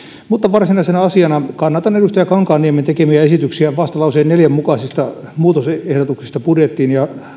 mutta varsinaisena asiana kannatan edustaja kankaanniemen tekemiä esityksiä vastalauseen neljä mukaisista muutosehdotuksista budjettiin ja